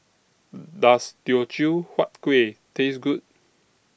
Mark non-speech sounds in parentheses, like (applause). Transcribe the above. (noise) Does Teochew Huat Kueh Taste Good